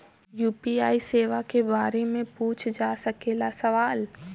UPI सेवा के बारे में पूछ जा सकेला सवाल?